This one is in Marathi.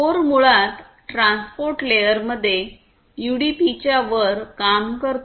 कोर मुळात ट्रान्सपोर्ट लेयर मध्ये यूडीपी च्या वर काम करतो